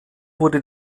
wurde